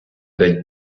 день